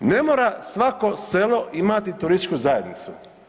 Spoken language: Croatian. Ne mora svako selo imati turističku zajednicu.